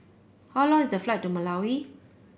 how long is the flight to Malawi